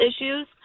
issues